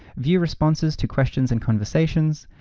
view responses to questions and conversations,